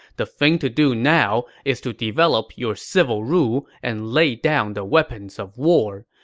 the thing to do now is to develop your civil rule and lay down the weapons of war.